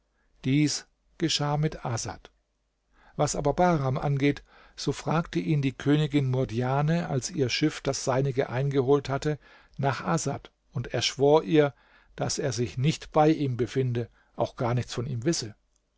dies geschah mit asad was aber bahram angeht so fragte ihn die königin murdjane als ihr schiff das seinige eingeholt hatte nach asad und er schwor ihr daß er sich nicht bei ihm befinde auch gar nichts von ihm wisse